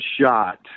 shot